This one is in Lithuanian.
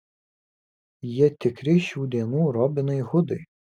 jie tikri šių dienų robinai hudai